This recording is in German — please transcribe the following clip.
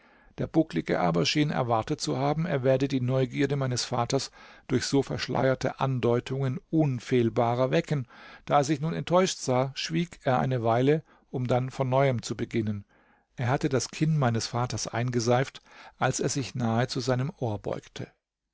der bucklige aber schien erwartet zu haben er werde die neugierde meines vaters durch so verschleierte andeutungen unfehlbarer wecken da er sich nun enttäuscht sah schwieg er eine weile um dann von neuem zu beginnen er hatte das kinn meines vaters eingeseift als er sich nahe zu seinem ohr beugte